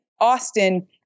Austin